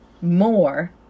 more